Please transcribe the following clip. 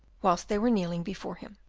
whilst they were kneeling before him.